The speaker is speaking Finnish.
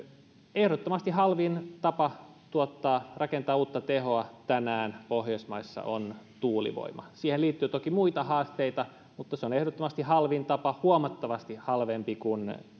ehdottomasti halvin tapa tuottaa ja rakentaa uutta tehoa tänään pohjoismaissa on tuulivoima siihen liittyy toki muita haasteita mutta se on ehdottomasti halvin tapa huomattavasti halvempi kuin